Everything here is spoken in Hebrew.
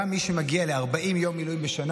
גם מי שמגיע ל-40 יום מילואים בשנה